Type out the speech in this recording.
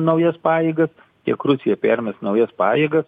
naujas pajėgas tiek rusija permes naujas pajėgas